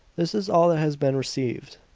this is all that has been received.